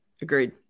Agreed